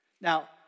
Now